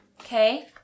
okay